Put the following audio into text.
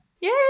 Yay